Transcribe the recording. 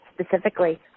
Specifically